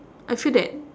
I feel that